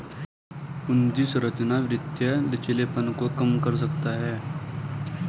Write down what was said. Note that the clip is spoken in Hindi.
पूंजी संरचना वित्तीय लचीलेपन को कम कर सकता है